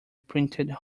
printed